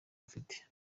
mfite